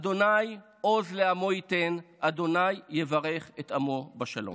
"ה' עֹז לעמו יתן ה' יברך את עמו בשלום".